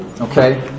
Okay